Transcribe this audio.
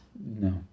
No